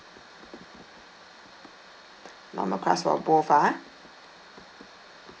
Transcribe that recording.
normal crust for both ah